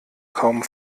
kaum